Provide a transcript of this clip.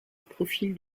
profil